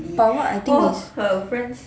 but what I think is